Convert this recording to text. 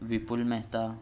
Vipul Mehta